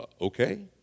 Okay